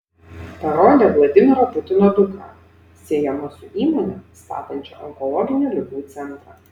parodė vladimiro putino dukrą siejama su įmone statančia onkologinių ligų centrą